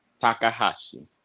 Takahashi